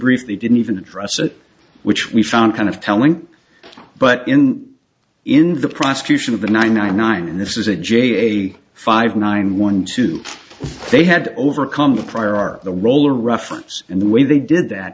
they didn't even address it which we found kind of telling but in in the prosecution of the nine nine nine and this is a j a five nine one two they had overcome the prior art the roller reference and the way they did that